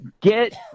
get